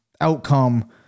outcome